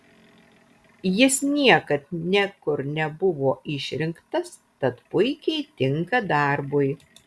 jis niekad niekur nebuvo išrinktas tad puikiai tinka darbui